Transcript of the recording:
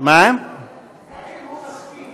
האם הוא מסכים, מה?